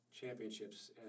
championships